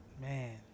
man